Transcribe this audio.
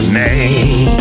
name